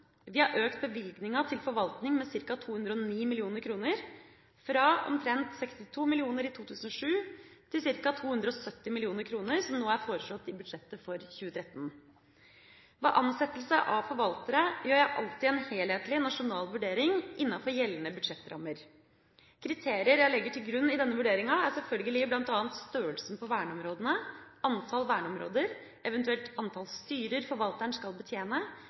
Vi har økt bevilgninga til forvaltning med ca. 209 mill. kr – fra omtrent 62 mill. kr i 2007 til ca. 270 mill. kr, som nå er foreslått i budsjettet for 2013. Ved ansettelse av forvaltere gjør jeg alltid en helhetlig nasjonal vurdering innenfor gjeldende budsjettrammer. Kriterier jeg legger til grunn i denne vurderinga, er selvfølgelig bl.a. størrelsen på verneområdene, antall verneområder, eventuelt antall styrer forvalteren skal betjene,